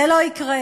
זה לא יקרה.